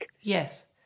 Yes